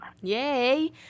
Yay